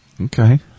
Okay